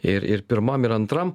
ir ir pirmam ir antram